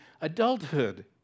adulthood